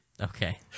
Okay